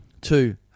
Two